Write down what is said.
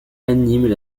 animent